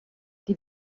die